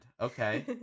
Okay